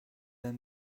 aime